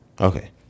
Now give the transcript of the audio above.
Okay